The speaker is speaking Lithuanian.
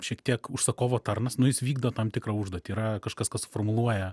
šiek tiek užsakovo tarnas nu jis vykdo tam tikrą užduotį yra kažkas kas formuluoja